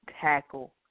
tackle